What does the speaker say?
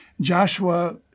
Joshua